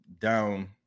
down